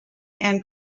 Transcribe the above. and